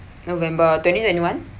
november twenty-twenty one